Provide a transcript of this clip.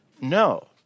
No